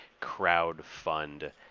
crowdfund